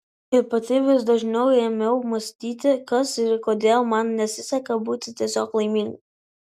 ir pati vis dažniau ėmiau mąstyti kas yra kodėl man nesiseka būti tiesiog laimingai